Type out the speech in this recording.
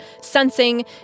sensing